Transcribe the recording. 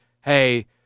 hey